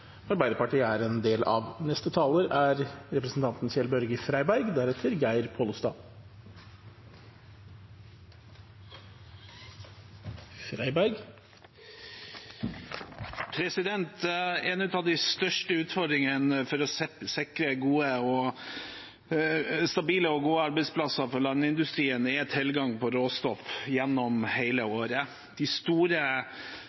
En av de største utfordringene når det gjelder å sikre stabile og gode arbeidsplasser for landindustrien, er tilgang på råstoff gjennom